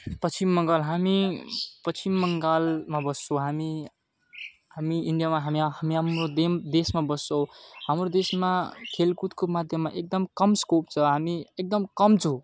पश्चिम बङ्गाल हामी पश्चिम बङ्गालमा बस्छौँ हामी हामी इन्डियामा हामी हाम्रो देशमा बस्छौँ हाम्रो देशमा खेलकुदको माध्यममा एकदम कम स्कोप छ हामी एकदम कम छौँ